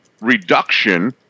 reduction